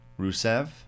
Rusev